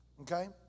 Okay